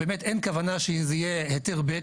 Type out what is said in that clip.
כי באמת אין כוונה שזה יהיה היתר ב'.